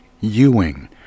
Ewing